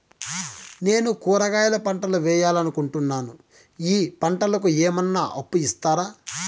నేను కూరగాయల పంటలు వేయాలనుకుంటున్నాను, ఈ పంటలకు ఏమన్నా అప్పు ఇస్తారా?